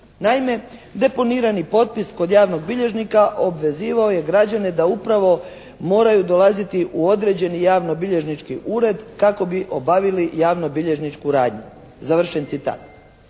Naime deponirani potpis kod javnog bilježnika obvezivao je građane da upravo moraju dolaziti u određeni javnobilježnički ured kako bi obavili javnobilježničku radnju.» Završen citat.